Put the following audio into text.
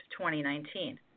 2019